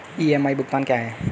EMI भुगतान क्या है?